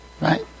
right